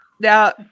Now